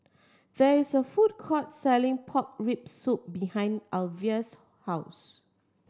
there is a food court selling pork rib soup behind Alvia's house